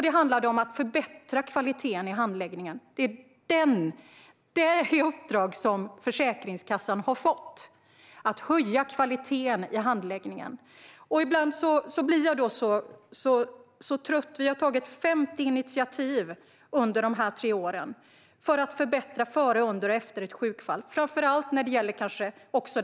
Det handlade också om att förbättra kvaliteten i handläggningen; det är det uppdraget Försäkringskassan har fått. Ibland blir jag därför så trött. Vi har under dessa tre år tagit 50 initiativ för att förbättra före, under och efter ett sjukfall, kanske framför allt när det gäller det förebyggande.